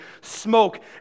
smoke